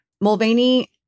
Mulvaney